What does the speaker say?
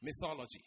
mythology